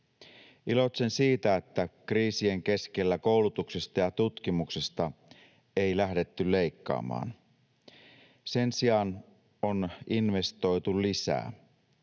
Iloitsen siitä, että kriisien keskellä koulutuksesta ja tutkimuksesta ei lähdetty leikkaamaan. Sen sijaan on investoitu lisää.